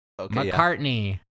McCartney